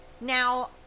Now